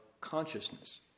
consciousness